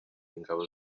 ingabo